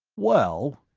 well,